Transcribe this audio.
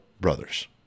brothers